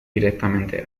directamente